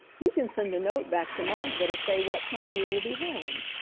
you can send a note back to martha to say what time you will be home.